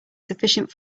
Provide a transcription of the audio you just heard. sufficient